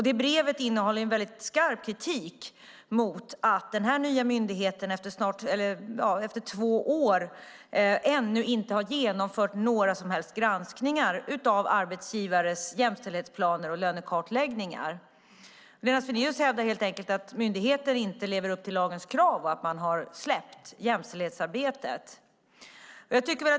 Det brevet innehåller en väldigt skarp kritik mot att den här nya myndigheten efter två år ännu inte har genomfört några som helst granskningar av arbetsgivares jämställdhetsplaner och lönekartläggningar. Lena Svenaeus hävdar helt enkelt att myndigheten inte lever upp till lagens krav och har släppt jämställdhetsarbetet.